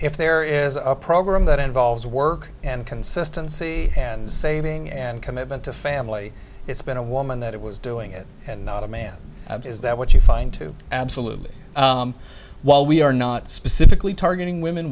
if there is a program that involves work and consistency and saving and commitment to family it's been a woman that it was doing it and not a man is that what you find to absolutely while we are not specifically targeting women